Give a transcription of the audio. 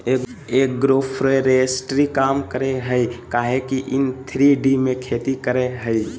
agroforestry काम करेय हइ काहे कि इ थ्री डी में खेती करेय हइ